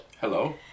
hello